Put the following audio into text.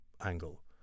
angle